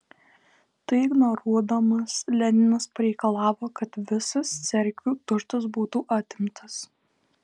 tai ignoruodamas leninas pareikalavo kad visas cerkvių turtas būtų atimtas